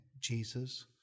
Jesus